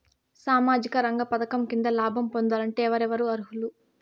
సామాజిక రంగ పథకం కింద లాభం పొందాలంటే ఎవరెవరు అర్హులు?